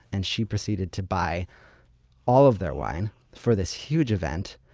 and she proceeded to buy all of their wine for this huge event.